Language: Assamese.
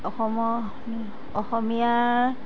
অসমৰ অসমীয়াৰ